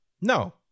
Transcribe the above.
No